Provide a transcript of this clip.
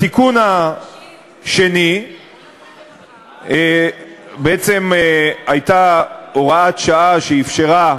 בתיקון השני בעצם הייתה הוראת שעה שאפשרה,